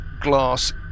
glass